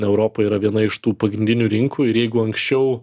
europa yra viena iš tų pagrindinių rinkų ir jeigu anksčiau